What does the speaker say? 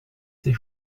ses